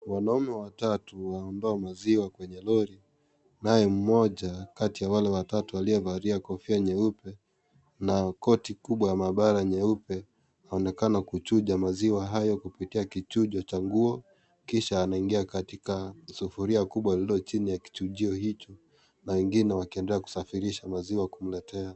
wanaume watatu waondoa maziwa kwenye lori kunaye mmoja kati ya wale watatu aliyevalia kofia nyeupe na koti kubwa la maabara nyeupe anaonekana kuchucha maziwa hayo kupitia kichucho cha nguo kisha yanaingia katika sufuria kubwa lililochini ya kichuchuo hicho na wengine wakiendelea kusaririsha maziwa wakimletea.